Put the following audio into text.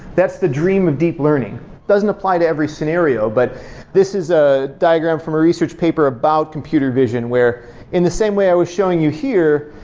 that's the dream of deep learning. i doesn't apply to every scenario, but this is a diagram from a research paper about computer vision where in the same way i was showing you here,